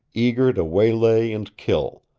eager to waylay and kill,